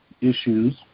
issues